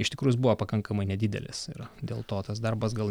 iš tikrųjų jis buvo pakankamai nedidelis ir dėl to tas darbas gal